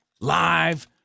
Live